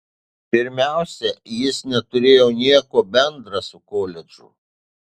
pirmiausia jis neturėjo nieko bendra su koledžu